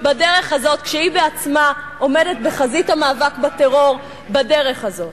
את הדרך הזאת כשהיא בעצמה עומדת בחזית המאבק בטרור בדרך הזאת.